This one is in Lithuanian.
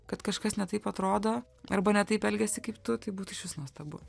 kad kažkas ne taip atrodo arba ne taip elgiasi kaip tu tai būtų išvis nuostabu